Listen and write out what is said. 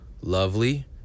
lovely